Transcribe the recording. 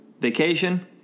vacation